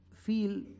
feel